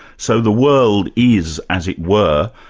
so the world is, as it were,